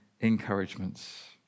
encouragements